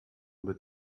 mit